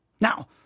Now